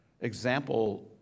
example